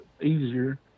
easier